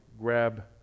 grab